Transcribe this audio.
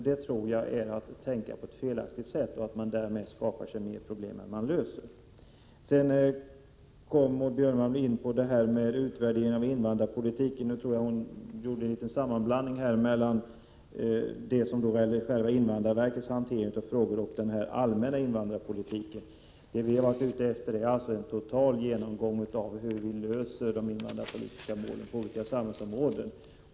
Det vore att tänka på ett felaktigt sätt, och det vore att skapa fler problem än man löser. Maud Björnemalm nämnde utvärderingen av invandrarpolitiken, och jag tror hon blandade samman det som gäller invandrarverkets hantering av frågorna och den mera allmänna invandrarpolitiken. Vad vi är ute efter är en total genomgång av hur vi löser de invandrarpolitiska målen på olika samhällsområden.